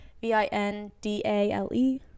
V-I-N-D-A-L-E